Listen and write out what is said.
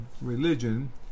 religion